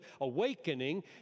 awakening